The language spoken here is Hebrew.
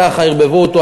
ככה ערבבו אותו,